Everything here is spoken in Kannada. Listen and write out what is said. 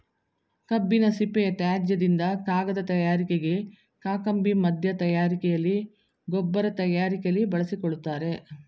ಕಬ್ಬಿನ ಸಿಪ್ಪೆಯ ತ್ಯಾಜ್ಯದಿಂದ ಕಾಗದ ತಯಾರಿಕೆಗೆ, ಕಾಕಂಬಿ ಮಧ್ಯ ತಯಾರಿಕೆಯಲ್ಲಿ, ಗೊಬ್ಬರ ತಯಾರಿಕೆಯಲ್ಲಿ ಬಳಸಿಕೊಳ್ಳುತ್ತಾರೆ